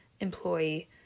employee